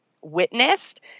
witnessed